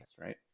right